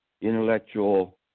intellectual